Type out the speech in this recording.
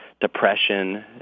depression